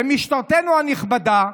ומשטרתנו הנכבדה,